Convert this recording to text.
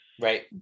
right